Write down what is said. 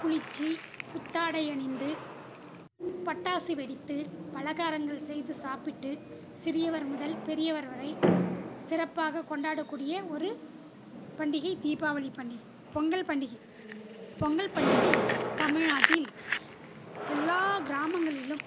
குளித்து புத்தாடை அணிந்து பட்டாசு வெடித்து பலகாரங்கள் செய்து சாப்பிட்டு சிறியவர் முதல் பெரியவர் வரை சிறப்பாக கொண்டாடக்கூடிய ஒரு பண்டிகை தீபாவளி பண்டிகை பொங்கல் பண்டிகை பொங்கல் பண்டிகை தமிழ் நாட்டில் எல்லா கிராமங்களிலும்